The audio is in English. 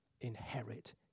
inherit